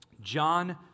John